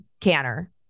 canner